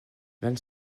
vingt